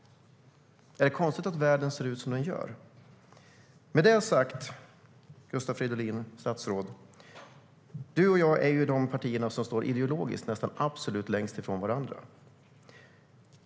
Är det konstigt att världen ser ut som den gör? Med det sagt, statsrådet Gustav Fridolin, är ditt parti och mitt parti de partier som står nästan absolut längst ifrån varandra ideologiskt.